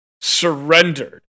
surrendered